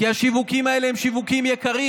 כי השיווקים האלה הם שיווקים יקרים